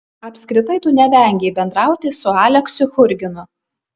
apskritai tu nevengei bendrauti su aleksiu churginu